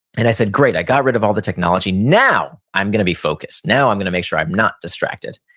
and i said, great. i got rid of all the technology. now i'm going to be focused. now i'm going to make sure i'm not distracted.